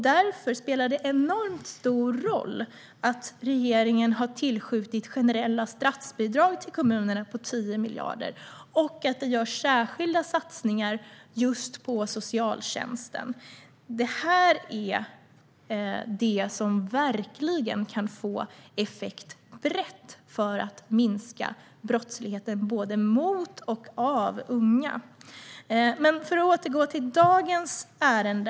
Därför spelar det en enormt stor roll att regeringen har tillskjutit generella statsbidrag på 10 miljarder till kommunerna och att det görs särskilda satsningar just på socialtjänsten. Detta är det som verkligen kan få effekt brett för att minska brottsligheten både mot unga och av unga. Jag ska återgå till dagens ärende.